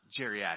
geriatric